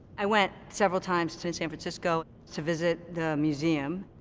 i went several times to san francisco to visit museum.